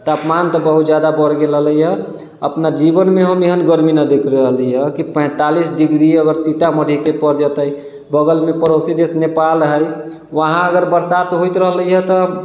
तापमान तऽ बहुत जादा बढ़ि गेल रहलैया अपना जीवनमे हम एहन गरमी नहि देखले रहली हँ कि पैतालिस डिग्री अगर सीतामढ़ीके पर जेतै बगलमे पड़ोसी देश नेपाल हइ वहाँ अगर बरसात होइत रहलैया तऽ